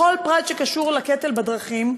בכל פרט שקשור לקטל בדרכים.